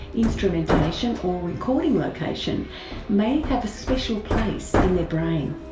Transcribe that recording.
instrumentation, or recording location may have a special place in their brain.